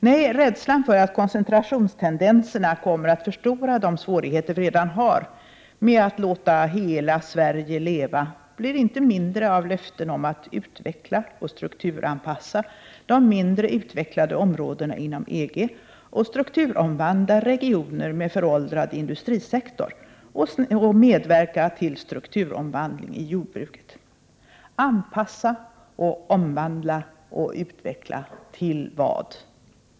Nej, rädslan för koncentrationstendenserna kommer att förstora de svårigheter vi redan har med att låta hela Sverige leva. De blir inte mindre av löften om att ”utveckla och strukturanpassa de mindre utvecklade områdena inom EG och strukturomvandla regioner med föråldrad industrisektor ——— och medverka till strukturomvandling i jordbruket”. Anpassa och omvandla och utveckla — till vad?